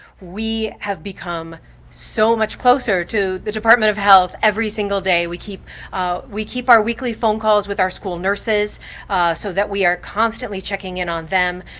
we have become so much closer to the department of health every single day, we keep we keep our weekly phone calls with our school nurses so that we are constantly checking in on them,